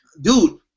dude